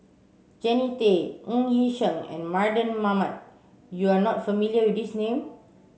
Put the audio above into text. Jannie Tay Ng Yi Sheng and Mardan Mamat you are not familiar with these name